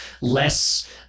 less